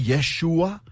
Yeshua